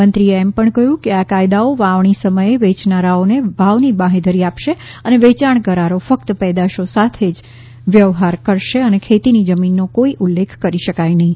મંત્રીએ એમ પણ કહ્યું કે આ કાયદાઓ વાવણી સમયે વેચનારાઓને ભાવની બાંહેધરી આપશે અને વેચાણ કરારો ફક્ત પેદાશો સાથે જ વ્યવહાર કરશે અને ખેતીની જમીનનો કોઈ ઉલ્લેખ કરી શકાય નહીં